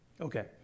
Okay